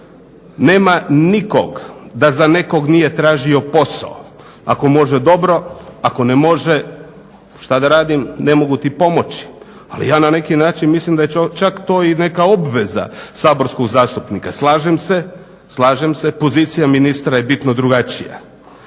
Nema nikog da za nekog nije tražio posao, ako može dobro, ako ne može šta da radim, ne mogu ti pomoći, ali ja na neki način mislim da je čak to i neka obaveza saborskog zastupnika. Slažem se pozicija ministra je bitno drugačija.